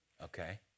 okay